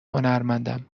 هنرمندم